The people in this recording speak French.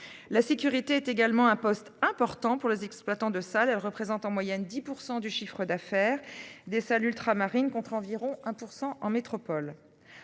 La sécurité est également un poste important pour les exploitants de salles. Elle représente en moyenne 10% du chiffre d'affaires des salles ultramarines, contre environ 1% en métropole.